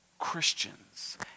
christians